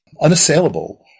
unassailable